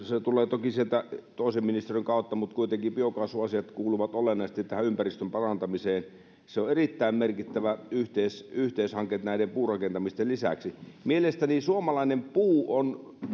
se tulee toki sieltä toisen ministeriön kautta mutta kuitenkin biokaasuasiat kuuluvat olennaisesti tähän ympäristön parantamiseen se on erittäin merkittävä yhteishanke näiden puurakentamisten lisäksi mielestäni suomalainen puu on